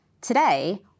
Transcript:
Today